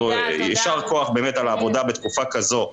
יישר כוח באמת על העבודה בתקופה כזו,